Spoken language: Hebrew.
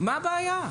מה הבעיה?